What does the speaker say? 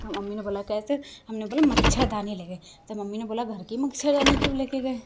तो मम्मी बोला कैसे हमने बोला मच्छरदानी ले गए तो मम्मी ने बोला घर की मच्छरदानी क्यों ले के गए